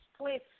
Please